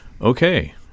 Okay